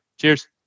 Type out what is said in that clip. Cheers